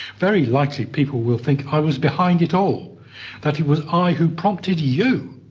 very likely people will think i was behind it all that it was i who prompted you!